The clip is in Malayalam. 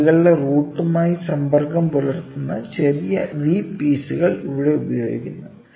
ത്രെഡുകളുടെ റൂട്ടുമായി സമ്പർക്കം പുലർത്തുന്ന ചെറിയ വി പീസുകൾ ഇവിടെ ഉപയോഗിക്കുന്നു